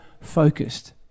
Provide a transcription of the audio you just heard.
focused